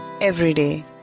Everyday